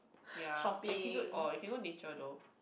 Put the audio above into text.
ya or you can good or you can go nature though